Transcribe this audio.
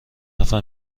نفر